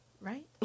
Right